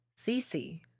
CC